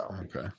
Okay